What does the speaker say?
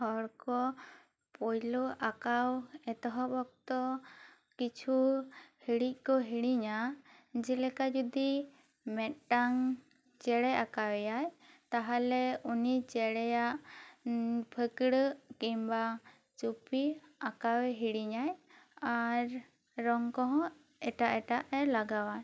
ᱦᱚᱲ ᱠᱚ ᱯᱩᱭᱞᱩ ᱟᱸᱠᱟᱣ ᱮᱛᱚᱦᱚᱵ ᱚᱠᱛᱚ ᱠᱤᱪᱷᱩ ᱦᱤᱲᱤᱡ ᱠᱚ ᱦᱤᱲᱤᱧᱟ ᱡᱮᱞᱮᱠᱟ ᱡᱩᱫᱤ ᱢᱮᱫᱴᱟᱹᱝ ᱪᱮᱬᱮ ᱟᱸᱠᱟᱣ ᱮᱭᱟᱭ ᱛᱟᱦᱚᱞᱮ ᱩᱱᱤ ᱪᱮᱬᱮᱭᱟᱜ ᱯᱷᱟᱹᱠᱲᱟᱹᱜ ᱠᱤᱝ ᱵᱟ ᱪᱩᱯᱤ ᱟᱸᱠᱟᱣ ᱮ ᱦᱤᱲᱤᱧᱟᱭ ᱟᱨ ᱨᱚᱝ ᱠᱚᱦᱚᱸ ᱮᱴᱟᱜ ᱮᱴᱟᱜ ᱞᱟᱜᱟᱣᱟ